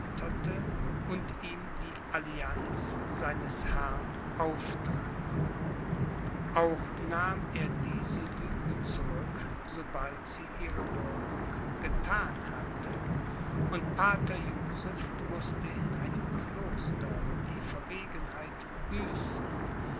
und ihm die allianz seines herrn aufdrang auch nahm er diese lüge zurück sobald sie ihre wirkung gethan hatte und pater joseph mußte in einem kloster die verwegenheit büßen